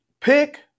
pick